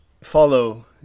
follow